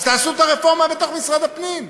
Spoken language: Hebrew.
אז תעשו את הרפורמה בתוך משרד הפנים,